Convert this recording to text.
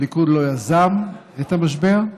הליכוד לא יזם את המשבר,